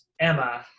Emma